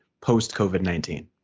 post-COVID-19